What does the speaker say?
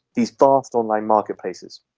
these vast online marketplaces,